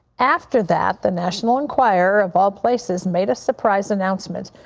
after that the national and choir, of all places, made a surprise announcement.